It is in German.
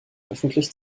öffentlich